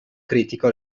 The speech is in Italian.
critico